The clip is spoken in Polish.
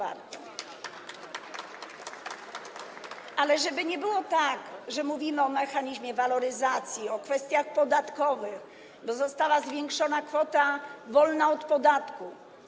Ale żeby nie było tak, że mówimy o mechanizmie waloryzacji, o kwestiach podatkowych dlatego, że została zwiększona kwota wolna od podatku.